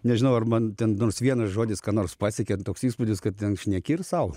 nežinau ar man ten nors vienas žodis ką nors pasiekia toks įspūdis kad ten šneki ir sau